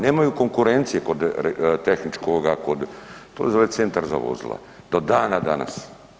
Nemaju konkurencije kod tehničkoga, kod to se zove centar za vozila, do dana danas.